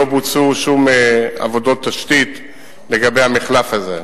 לא בוצעו שום עבודות תשתית לגבי המחלף הזה,